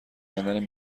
کندن